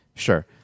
Sure